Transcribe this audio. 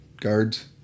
guards